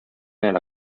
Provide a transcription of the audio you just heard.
nella